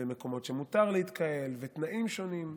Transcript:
ומקומות שמותר להתקהל בהם בתנאים שונים.